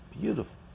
beautiful